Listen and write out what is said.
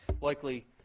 likely